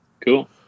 cool